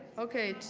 okay.